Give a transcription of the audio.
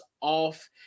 off